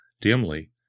dimly